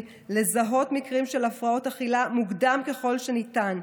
לזהות מקרים של הפרעות אכילה מוקדם ככל שניתן,